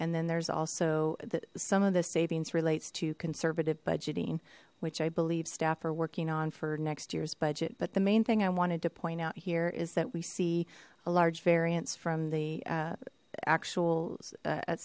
and then there's also that some of the savings relates to conservative budgeting which i believe staff are working on for next year's budget but the main thing i wanted to point out here is that we see a large variance from the actual